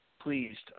pleased